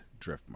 Driftmark